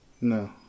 No